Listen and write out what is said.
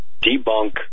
debunk